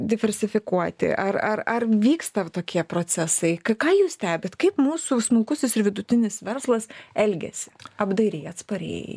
diversifikuoti ar ar ar vyksta tokie procesai kai ką jūs stebit kaip mūsų smulkusis ir vidutinis verslas elgiasi apdairiai atspariai